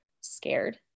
scared